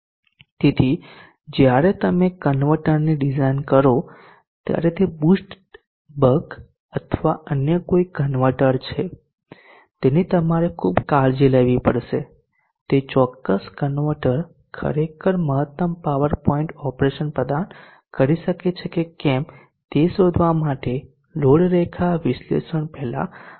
તેથી જ્યારે તમે કન્વર્ટરની ડિઝાઇન કરો ત્યારે તે બૂસ્ટ બક અથવા અન્ય કોઇ કન્વર્ટર છે તેની તમારે ખૂબ કાળજી લેવી પડશે તે ચોક્કસ કન્વર્ટર ખરેખર મહત્તમ પાવર પોઇન્ટ ઓપરેશન પ્રદાન કરી શકે છે કે કેમ તે શોધવા માટે લોડ રેખા વિશ્લેષણ પહેલા કરવું પડશે